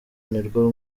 n’urwo